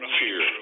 fear